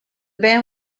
band